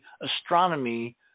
astronomy